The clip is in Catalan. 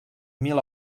mil